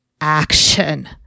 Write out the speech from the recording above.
action